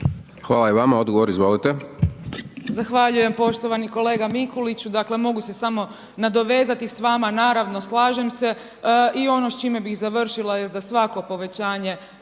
Hvala i vama. Odgovor izvolite.